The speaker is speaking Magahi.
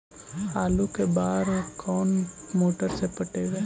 आलू के बार और कोन मोटर से पटइबै?